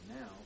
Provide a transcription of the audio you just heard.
now